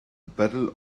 battle